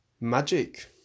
magic